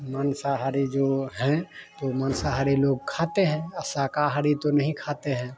मांसाहारी जो हैं तो मांसाहारी लोग खाते हैं शाकाहारी तो नहीं खाते हैं